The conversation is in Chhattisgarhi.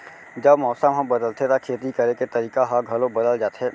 जब मौसम ह बदलथे त खेती करे के तरीका ह घलो बदल जथे?